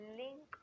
link